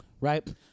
Right